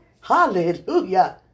Hallelujah